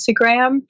Instagram